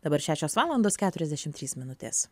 dabar šešios valandos keturiasdešimt trys minutės